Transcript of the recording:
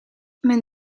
mijn